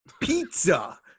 Pizza